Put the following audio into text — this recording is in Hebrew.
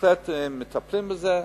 בהחלט מטפלים בזה.